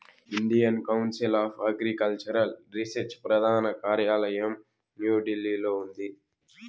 Indian council of agricultural research ప్రధాన కార్యాలయం న్యూఢిల్లీలో ఉంది